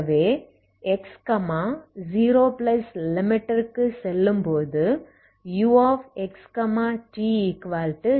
ஆகவே x 0 லிமிட்டிற்கு செல்லும்போது uxt0